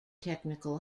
technical